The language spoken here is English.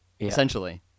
essentially